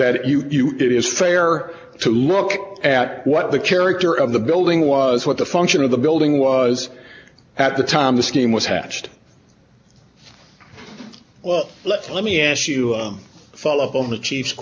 that you it is fair to look at what the character of the building was what the function of the building was at the time the scheme was hatched well let me ask you a follow up on the chief